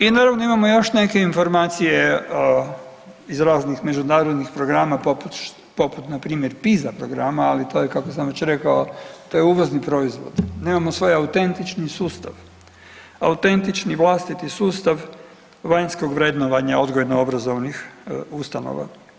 I naravno imamo još neke informacije iz raznih međunarodnih programa poput, poput npr. PISA programa, ali to je kako sam već rekao, to je uvozni proizvod, nemamo svoj autentični sustav, autentični vlastiti sustav vanjskog vrednovanja odgojno obrazovnih ustanova.